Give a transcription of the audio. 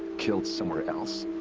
killed somewhere else?